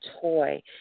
Toy